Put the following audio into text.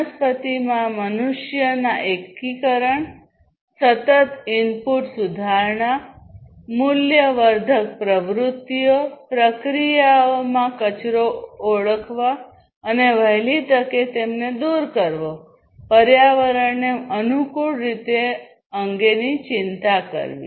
વનસ્પતિમાં મનુષ્યના એકીકરણ સતત ઇનપુટ સુધારણા મૂલ્યવર્ધક પ્રવૃત્તિઓ પ્રક્રિયાઓમાં કચરો ઓળખવા અને વહેલી તકે તેમને દૂર કરવા પર્યાવરણને અનુકૂળ રીતે અંગેની ચિંતા કરવી